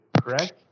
correct